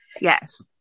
Yes